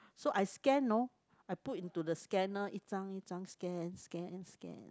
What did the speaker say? so I scan you know I put into the scanner 一张一张 scan scan scan